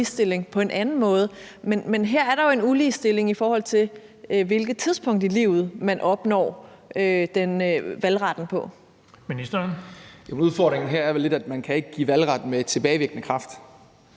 Udfordringen her er vel, at man ikke kan give valgret med tilbagevirkende kraft.